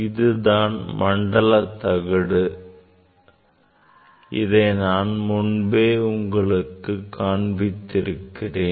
இதுதான் மண்டல தகடு ஆகும் இதை நான் முன்பே உங்களுக்கு காண்பித்திருக்கிறேன்